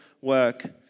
work